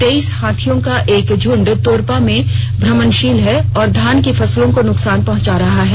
तेईस हाथियों का एक झंड तोरपा में भ्रमणशील है और धान की फसलों को नुकसान पहंचा रहा है